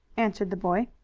answered the boy.